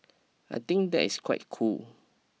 I think that is quite cool